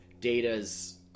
Data's